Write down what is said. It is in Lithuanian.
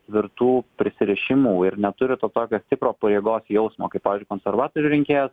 tvirtų prisirišimų ir neturi to tokio tikro pareigos jausmo kaip pavyzdžiui konservatorių rinkėjas